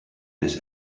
this